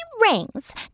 rings